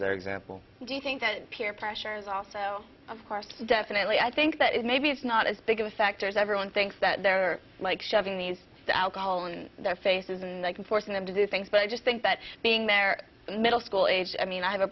that example do you think that peer pressure is also definitely i think that maybe it's not as big of a factor as everyone thinks that they're like shoving these alcohol on their faces and like i'm forcing them to do things but i just think that being there middle school age i mean i have a